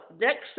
next